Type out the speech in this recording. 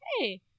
hey